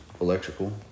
electrical